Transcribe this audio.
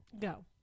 Go